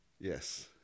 Yes